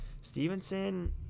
Stevenson